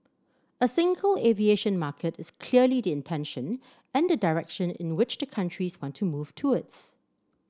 a single aviation market is clearly the intention and the direction in which the countries want to move towards